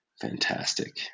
fantastic